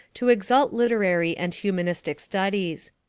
to exalt literary and humanistic studies.